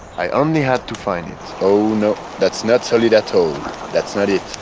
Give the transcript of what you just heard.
i only had to find it oh no that's not solid at all that's not it